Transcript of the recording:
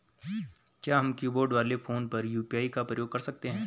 क्या हम कीबोर्ड वाले फोन पर यु.पी.आई का प्रयोग कर सकते हैं?